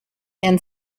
and